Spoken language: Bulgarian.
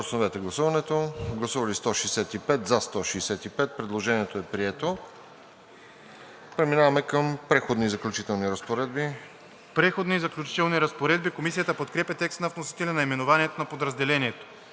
Преходни и заключителни разпоредби.